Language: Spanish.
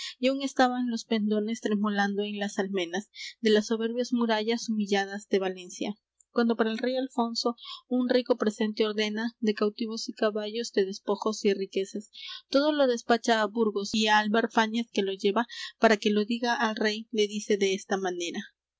y aun estaban los pendones tremolando en las almenas de las soberbias murallas humilladas de valencia cuando para el rey alfonso un rico presente ordena de cautivos y caballos de despojos y riquezas todo lo despacha á burgos y á álvar fáñez que lo lleva para que lo diga al rey le dice desta manera